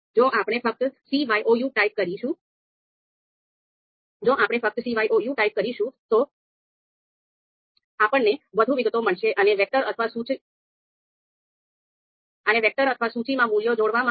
જો આપણે ફક્ત cyou ટાઈપ કરીશું તો આપણને વધુ વિગતો મળશે અને વેક્ટર અથવા સૂચિમાં મૂલ્યો જોડવામાં આવશે